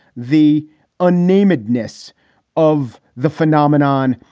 the unnamed ness of the phenomenon.